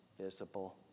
visible